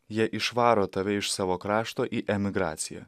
jie išvaro tave iš savo krašto į emigraciją